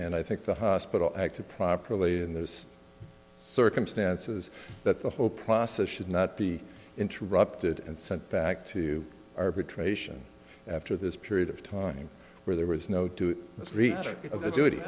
and i think the hospital acted properly in those circumstances that the whole process should not be interrupted and sent back to arbitration after this period of time where there was no to re